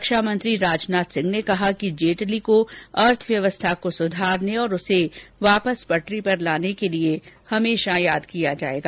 रक्षा मंत्री राजनाथ सिंह ने कहा कि जेटली को अर्थव्यवस्था को सुधारने और उसे वापस पटरी पर लाने के लिए हमेशा याद किया जायेगा